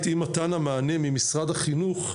את אי מתן המענה ממשרד החינוך,